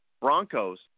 Broncos